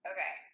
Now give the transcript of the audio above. Okay